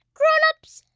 grown-ups,